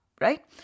Right